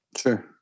Sure